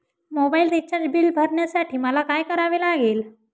Mobile recharge bill भरण्यासाठी मला काय करावे लागेल?